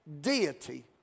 deity